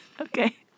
Okay